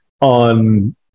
on